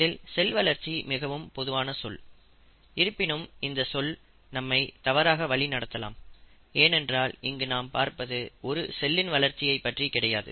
இதில் செல் வளர்ச்சி மிகவும் பொதுவான சொல் இருப்பினும் இந்த சொல் நம்மை தவறாக வழி நடத்தலாம் ஏனென்றால் இங்கு நாம் பார்ப்பது ஒரு செல்லின் வளர்ச்சியை பற்றி கிடையாது